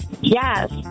Yes